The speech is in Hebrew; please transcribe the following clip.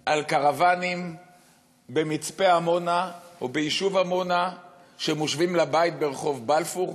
על קרוונים במצפה עמונה או ביישוב עמונה שמושווים לבית ברחוב בלפור?